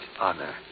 honor